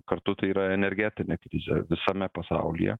kartu tai yra energetinė krizė visame pasaulyje